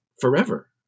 forever